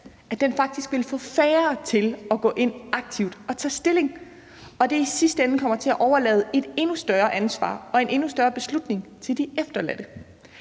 faktisk vil få færre til at gå ind og tage aktivt stilling, og at det i sidste ende kommer til at overlade et endnu større ansvar og en endnu større beslutning til de efterladte.